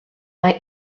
mae